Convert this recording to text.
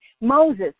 Moses